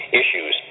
issues